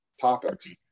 topics